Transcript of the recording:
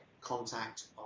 contact